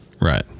Right